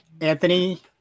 Anthony